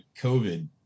COVID